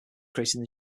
creating